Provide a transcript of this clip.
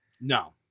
No